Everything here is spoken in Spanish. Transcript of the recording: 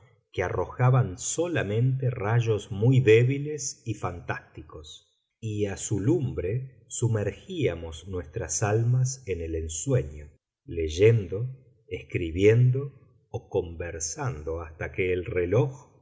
que arrojaban solamente rayos muy débiles y fantásticos y a su lumbre sumergíamos nuestras almas en el ensueño leyendo escribiendo o conversando hasta que el reloj